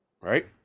right